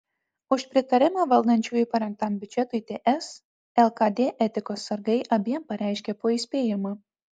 už pritarimą valdančiųjų parengtam biudžetui ts lkd etikos sargai abiem pareiškė po įspėjimą